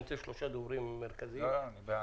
שלום.